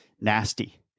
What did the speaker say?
nasty